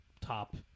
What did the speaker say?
top